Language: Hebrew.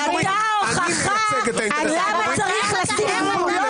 זו הייתה ההוכחה למה צריך לשים גבולות